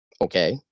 okay